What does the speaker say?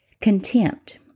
Contempt